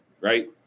right